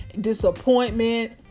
disappointment